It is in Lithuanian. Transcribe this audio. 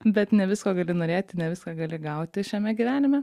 bet ne visko gali norėti ne viską gali gauti šiame gyvenime